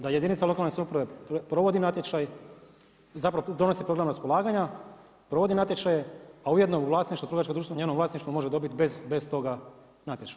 Da jedinica lokalne samouprave provodi natječaj, zapravo donosi program raspolaganja, provodi natječaje a ujedno u vlasništvo trgovačko društvo, u njenom vlasništvu može dobiti bez toga natječaj.